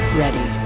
ready